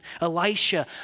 Elisha